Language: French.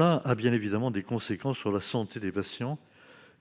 a bien évidemment des conséquences sur la santé des patients,